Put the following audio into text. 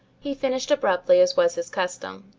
he finished abruptly as was his custom.